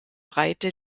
breite